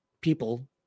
people